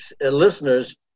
listeners